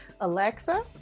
Alexa